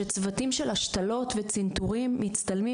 שצוותים של השתלות וצנתורים מצטלמים.